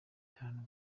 bitanu